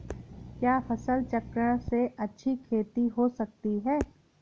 क्या फसल चक्रण से अच्छी खेती हो सकती है?